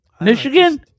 Michigan